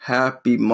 happy